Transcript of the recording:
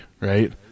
right